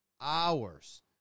hours